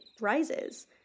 rises